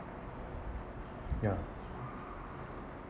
ya